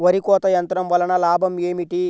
వరి కోత యంత్రం వలన లాభం ఏమిటి?